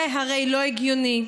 זה הרי לא הגיוני,